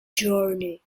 journey